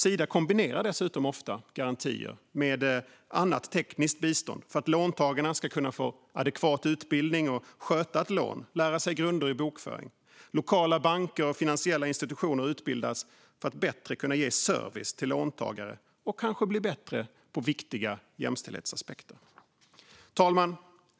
Sida kombinerar dessutom ofta garantier med annat tekniskt bistånd för att låntagarna ska kunna få adekvat utbildning att sköta ett lån och lära sig grunder i bokföring. Lokala banker och finansiella institutioner utbildas för att bättre kunna ge service till låntagare och kanske bli bättre på viktiga jämställdhetsaspekter. Fru talman!